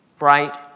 right